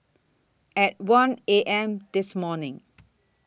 At one A M This morning